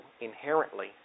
inherently